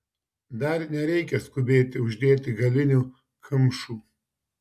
dar nereikia skubėti uždėti galinių kamšų